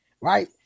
right